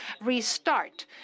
restart